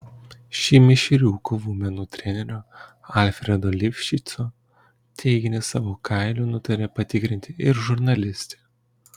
šį mišrių kovų menų trenerio alfredo lifšico teiginį savo kailiu nutarė patikrinti ir žurnalistė